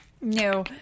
No